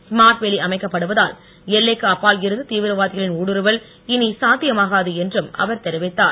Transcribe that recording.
smart வேலி அமைக்கப்படுவதால் எல்லைக்கு அப்பால் இருந்து திவிரவாதிகளின் ஊடுருவல் இனி சாத்தியமாகாது என்றும் அவர் தெரிவித்தார்